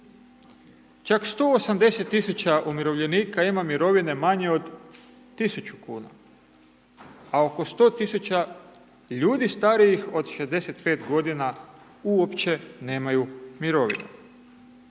Čak 180 000 umirovljenika ima mirovine manje od 1000 kuna, a oko 100 000 ljudi starijih od 65 godina uopće nemaju mirovine.